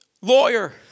lawyer